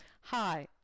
Hi